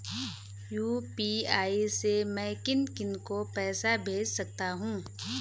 UPI से मैं किन किन को पैसे भेज सकता हूँ?